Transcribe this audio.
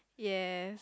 yes